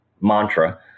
mantra